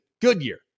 Goodyear